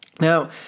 Now